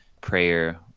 prayer